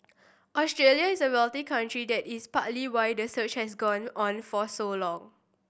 Australia is a wealthy country that is partly why the search has gone on for so long